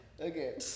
Okay